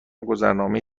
گذرنامه